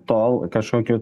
tol kažkokių